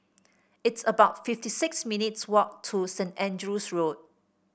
it's about fifty six minutes' walk to Saint Andrew's Road